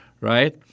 Right